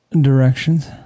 directions